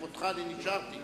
לכבודך נשארתי.